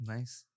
Nice